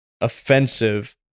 offensive